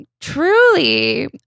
truly